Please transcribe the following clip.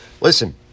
Listen